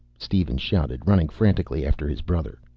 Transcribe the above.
steven shouted, running frantically after his brother.